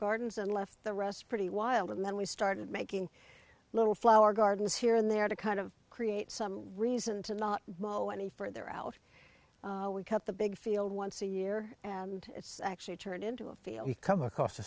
gardens and left the rest pretty wild and then we started making little flower gardens here and there to kind of create some reason to not go any further out we cut the big field once a year and it's actually turned into a field we come across the